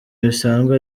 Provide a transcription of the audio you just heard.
bisanzwe